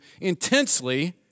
intensely